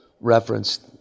referenced